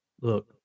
Look